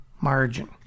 margin